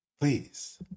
Please